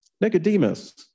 Nicodemus